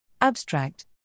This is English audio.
Abstract